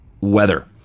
weather